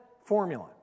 formula